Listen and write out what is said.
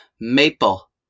Maple